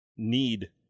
Need